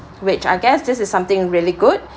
which I guess this is something really good